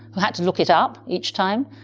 who had to look it up each time?